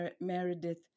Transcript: Meredith